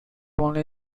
only